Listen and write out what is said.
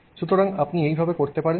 সুতরাং আপনি এইভাবে করতে পারেন